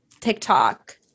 TikTok